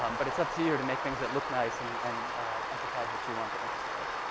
um but it's up to you to make things that look nice and and emphasize what you want to emphasize.